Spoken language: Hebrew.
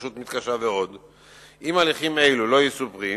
2. אם כן, כמה ילדים נהנים מהמפעל?